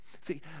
See